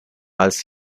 als